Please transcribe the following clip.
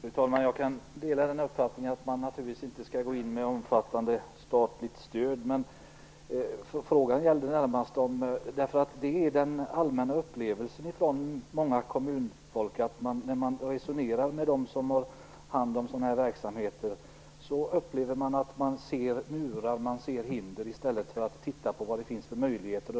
Fru talman! Jag delar uppfattningen att man naturligtvis inte skall gå in med omfattande statligt stöd. När människor i kommunerna resonerar med dem som har hand om dessa verksamheter upplever många att de ser murar och hinder i stället för att titta på vad det finns för möjligheter.